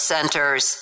Centers